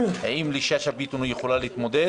האם שאשא יכולה להתמודד?